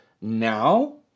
now